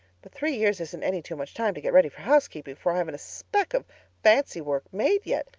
but three years isn't any too much time to get ready for housekeeping, for i haven't a speck of fancy work made yet.